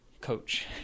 coach